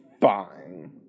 fine